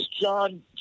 John